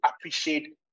appreciate